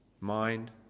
Mind